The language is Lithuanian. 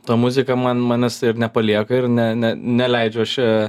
ta muzika man manęs nepalieka ir ne ne neleidžiu aš ją